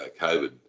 COVID